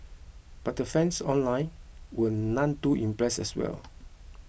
but the fans online were none too impressed as well